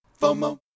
FOMO